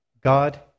God